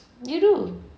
you do